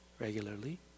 Regularly